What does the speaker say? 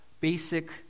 basic